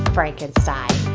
Frankenstein